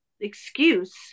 excuse